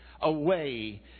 away